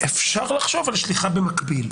אם נורא רוצים אפשר לחשוב על שליחה במקביל.